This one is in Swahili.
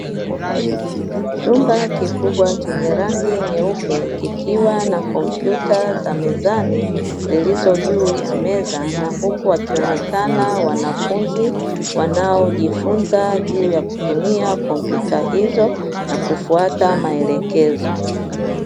Chumba kikubwa chenye rangi nyeupe, kikiwa na kompyuta za mezani zilizo juu ya meza na huku wakionekana wanafunzi, wanaojifunza juu ya kutumia kompyuta hizo na kufuata maelekezo.